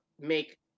make